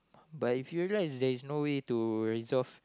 but if you realise there is no way to resolve